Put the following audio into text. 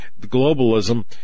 Globalism